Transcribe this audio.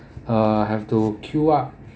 uh have to queue up